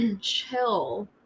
chill